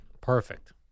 Perfect